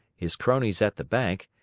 his cronies at the bank,